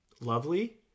lovely